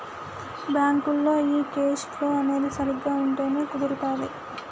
బ్యాంకులో ఈ cash flow అనేది సరిగ్గా ఉంటేనే కుదురుతాది